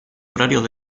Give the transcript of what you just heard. horarios